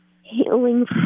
healing